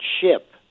ship